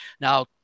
Now